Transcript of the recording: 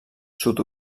sud